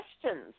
questions